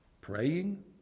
praying